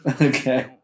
okay